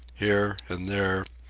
here and there,